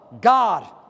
God